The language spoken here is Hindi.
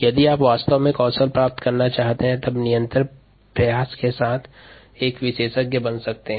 यदि आप वास्तव में कौशल प्राप्त करना चाहते हैं तब लगातार प्रयत्न के साथ एक विशेषज्ञ बन सकते हैं